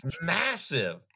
massive